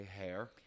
hair